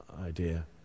idea